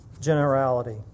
generality